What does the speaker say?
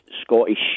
Scottish